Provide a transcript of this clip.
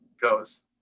goes